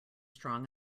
strong